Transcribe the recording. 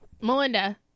Melinda